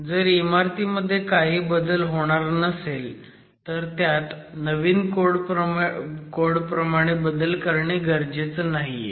जर इमारतीमध्ये काही बदल होणार नसेल तर त्यात नवीन कोडप्रमाणे बदल करणे गरजेचं नाहीये